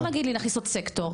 לא להגיד לי להכניס עוד סקטור,